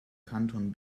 kanton